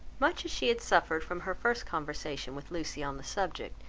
much as she had suffered from her first conversation with lucy on the subject,